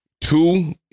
two